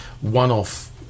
one-off